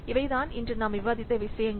இவைதான் இன்று நாம் விவாதித்த விஷயங்கள்